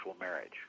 marriage